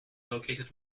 located